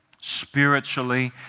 spiritually